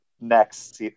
next